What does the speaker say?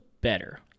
better